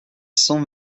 cent